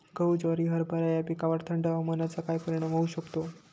गहू, ज्वारी, हरभरा या पिकांवर थंड हवामानाचा काय परिणाम होऊ शकतो?